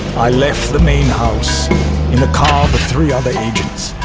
i left the main house in a car with three other agents.